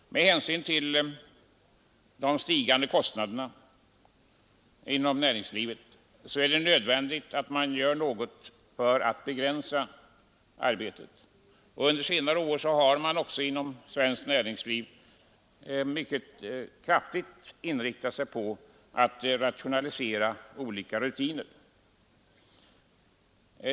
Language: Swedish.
Med hänsyn till de stigande kostnaderna inom näringslivet är det nödvändigt att man gör något för att begränsa arbetet. Under senare år har man också inom svenskt näringsliv mycket kraftigt inriktat sig på att rationalisera olika rutiner.